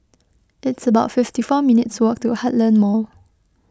it's about fifty four minutes' walk to Heartland Mall